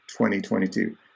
2022